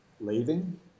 leaving